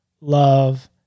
love